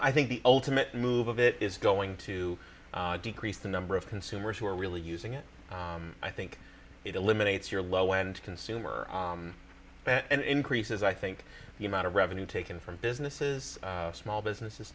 i think the ultimate move of it is going to decrease the number of consumers who are really using it i think it eliminates your low end consumer and increases i think the amount of revenue taken from businesses small businesses